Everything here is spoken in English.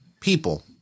people